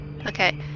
okay